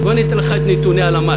אז בוא אני אתן לך את נתוני הלמ"ס.